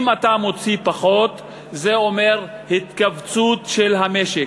אם אתה מוציא פחות זה אומר התכווצות של המשק.